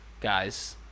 guys